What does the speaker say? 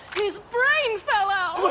his brain fell out! what? well